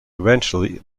eventually